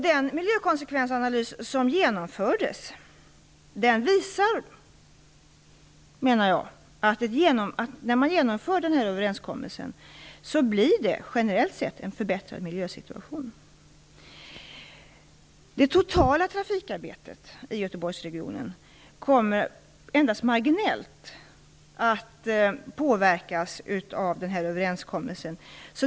Den miljökonsekvensanalys som genomfördes visar att överenskommelsen leder till en förbättrad miljösituation generellt sett. Det totala trafikarbetet i Göteborgsregionen kommer endast marginellt att påverkas av denna överenskommelse.